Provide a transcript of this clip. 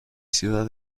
ciudad